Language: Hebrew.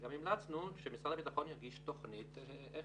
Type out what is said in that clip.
גם המלצנו משרד הביטחון יגיש תוכנית איך